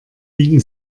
biegen